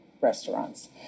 restaurants